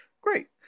Great